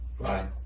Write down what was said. Bye